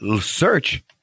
search